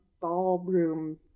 ballroom